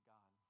God